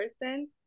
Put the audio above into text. person